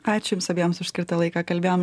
ačiū jums abiems už skirtą laiką kalbėjom